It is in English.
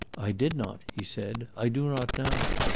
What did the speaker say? i did not, he said. i do not now.